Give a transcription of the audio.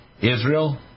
Israel